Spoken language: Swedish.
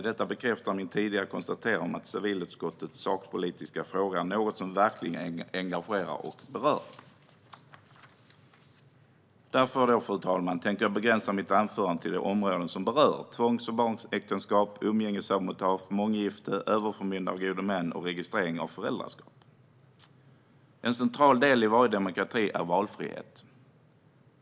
Detta bekräftar mitt tidigare konstaterande om att civilutskottets sakpolitiska frågor verkligen engagerar och berör. Jag tänkte därför, fru talman, begränsa mitt anförande till de områden som berör tvångsäktenskap och barnäktenskap, umgängessabotage, månggifte, överförmyndare och gode män samt registrering av föräldraskap. En central del i varje demokrati är valfrihet.